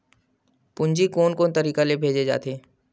पूंजी कोन कोन तरीका ले भेजे जाथे?